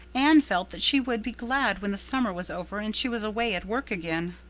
anne felt that she would be glad when the summer was over and she was away at work again.